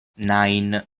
nine